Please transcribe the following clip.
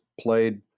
played